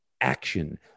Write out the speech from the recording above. action